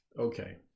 okay